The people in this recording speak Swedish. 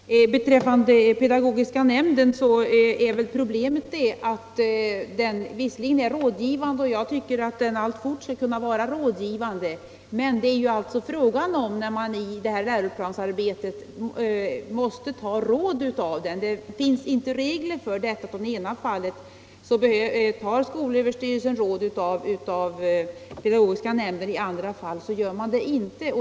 Herr talman! Beträffande pedagogiska nämnden är väl problemet att den visserligen är rådgivande — och jag tycker att den alltfort skall vara rådgivande — men att det inte finns regler för när man i läroplansarbetet måste ta råd av den. I vissa fall tar skolöverstyrelsen råd av pedagogiska nämnden, i andra fall gör man det inte.